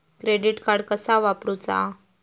Credit card कसा वापरूचा?